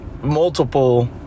multiple